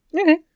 Okay